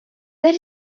that